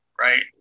right